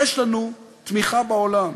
יש לנו תמיכה בעולם,